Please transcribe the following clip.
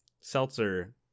seltzer